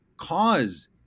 cause